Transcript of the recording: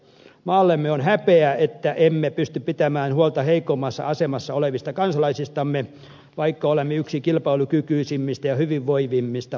maallemme on häpeä että emme pysty pitämään huolta heikommassa asemassa olevista kansalaisistamme vaikka olemme yksi kilpailukykyisimmistä ja hyvinvoivimmista valtioista